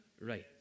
Right